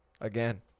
Again